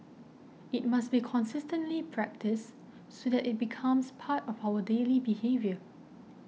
it must be consistently practised so that it becomes part of our daily behaviour